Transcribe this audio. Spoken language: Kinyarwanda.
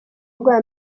ubwoba